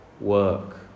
work